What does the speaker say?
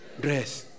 dress